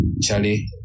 Charlie